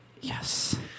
Yes